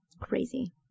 crazy